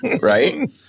right